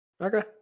Okay